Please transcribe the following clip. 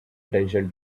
attention